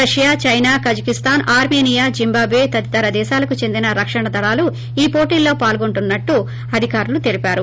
Russia China Kazakhstan Armenia Zimbabwe తదితర దేశాలకు చెందిన రక్షణ దళాలు ఈ పోటీల్లో పాల్గొంటున్సట్లు అధికారులు తెలిపారు